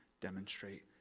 demonstrate